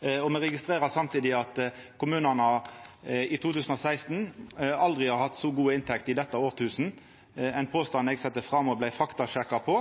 barnehageplass. Me registrerer samtidig at kommunane i 2016 aldri har hatt så god inntekt i dette tusenåret, ein påstand eg sette fram og vart faktasjekka på,